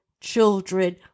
children